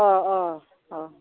अह अह अह